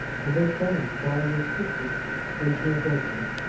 and then fanny, following her quickly into her bedroom,